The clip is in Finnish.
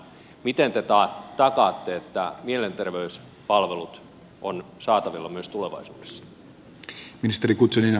miten te takaatte että mielenterveyspalvelut ovat saatavilla myös tulevaisuudessa